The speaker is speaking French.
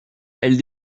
elles